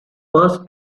first